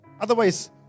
Otherwise